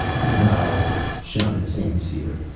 no! shouted st. cyr.